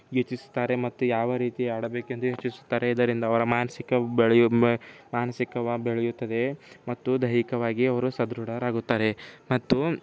ಯೋಚಿಸುತ್ತಾರೆ ಮತ್ತು ಯಾವ ರೀತಿ ಆಡಬೇಕೆಂದು ಯೋಚಿಸುತ್ತಾರೆ ಇದರಿಂದ ಅವರ ಮಾನಸಿಕ ಬೆಳೆಯು ಮಾನಸಿಕ ಬೆಳೆಯುತ್ತದೆ ಮತ್ತು ದೈಹಿಕವಾಗಿ ಅವರು ಸದೃಢರಾಗುತ್ತಾರೆ ಮತ್ತು